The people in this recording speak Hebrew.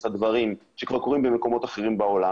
- את הדברים שכבר קורים במקומות אחרים בעולם,